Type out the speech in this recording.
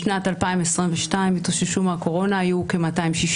בשנת 2022 התאוששו מהקורונה, היו כ-260